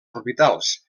orbitals